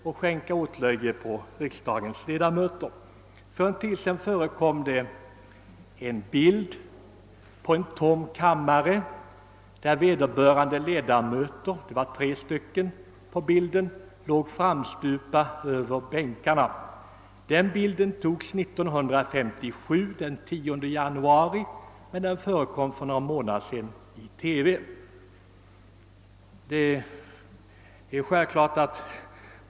För en tid sedan förekom i TV en bild på en tom kammare där vederbörande ledamöter — det var 8 stycken på bilden — låg framstupa över bänkarna. Den bilden togs den 10 januari 1957 och var arrangerad av Dagens Nyheter, men den visades för någon månad sedan på TV.